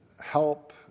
help